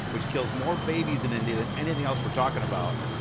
which kills more babies in india than anything else we're talking about,